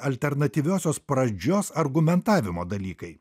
alternatyviosios pradžios argumentavimo dalykai